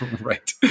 Right